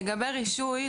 לגבי רישוי,